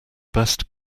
best